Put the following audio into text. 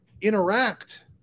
interact